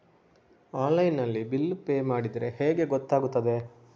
Online ನಲ್ಲಿ bill pay ಮಾಡಿದ್ರೆ ಹೇಗೆ ಗೊತ್ತಾಗುತ್ತದೆ?